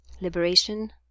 liberation